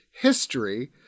history